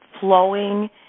flowing